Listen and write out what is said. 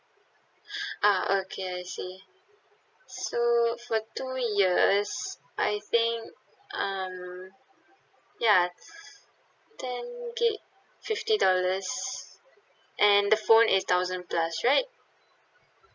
ah okay I see so for two years I think um ya ten gig fifty dollars and the phone is thousand plus right